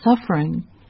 suffering